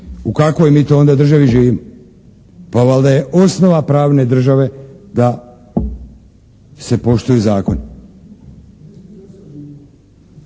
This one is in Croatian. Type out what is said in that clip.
u kakvoj mi to onda državi živimo. Pa valjda je osnova pravne države da se poštuju zakoni.